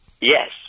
Yes